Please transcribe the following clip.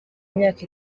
imyaka